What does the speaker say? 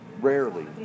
rarely